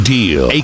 Deal